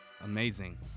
amazing